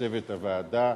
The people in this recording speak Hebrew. לצוות הוועדה,